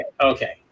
okay